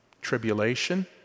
Tribulation